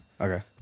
Okay